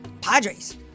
Padres